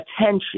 attention